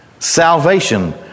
Salvation